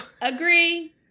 Agree